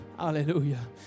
Hallelujah